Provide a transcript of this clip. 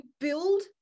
build